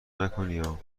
نکنیا